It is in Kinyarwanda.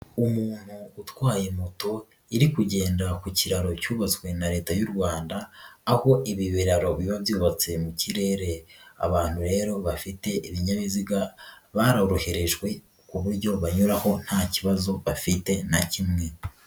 Umuntu utwaye moto iri kugenda ku kiraro cyubatswe na Leta y'u Rwanda aho ibi biraro biba byubatse mu kirere, abantu rero bafite ibinyabiziga baroroherejwe ku buryo banyuraho nta kibazo bafite na kimwe.